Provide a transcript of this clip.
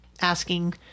asking